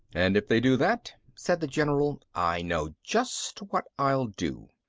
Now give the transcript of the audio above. and if they do that, said the general, i know just what i'll do.